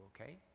okay